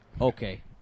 Okay